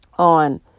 On